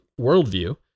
worldview